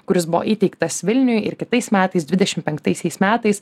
kuris buvo įteiktas vilniui ir kitais metais dvidešimt penktaisiais metais